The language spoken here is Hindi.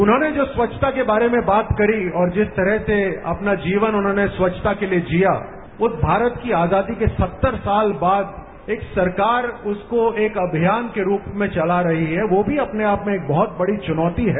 उन्होंने जो सच्छता के बारे में बात करी और जिस तरह से अपनी जीवन उन्होंने स्वच्छता के लिए जिया वो भारत की आजादी के सत्तर साल बाद एक सरकार उसको एक अभियान के रूप में चला रही है वो भी अपने आप में एक बहत बड़ी चुनौती है